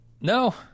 No